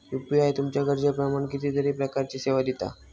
UPI तुमच्या गरजेप्रमाण कितीतरी प्रकारचीं सेवा दिता